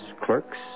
clerks